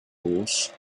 course